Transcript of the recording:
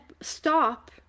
stop